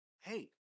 hey